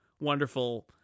wonderful